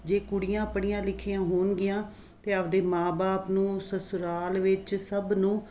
ਜੇ ਕੁੜੀਆਂ ਪੜ੍ਹੀਆਂ ਲਿਖੀਆਂ ਹੋਣਗੀਆਂ ਤਾਂ ਆਪਣੇ ਮਾਂ ਬਾਪ ਨੂੰ ਸਸੁਰਾਲ ਵਿੱਚ ਸਭ ਨੂੰ